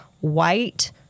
white